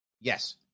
yes